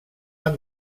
han